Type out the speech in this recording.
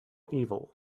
evil